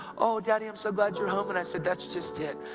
oh, daddy, i'm so glad you're home! and i said, that's just it.